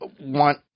want